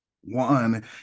one